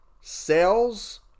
sales